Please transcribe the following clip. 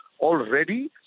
already